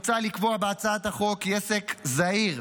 מוצע לקבוע בהצעת החוק כי לעסק זעיר,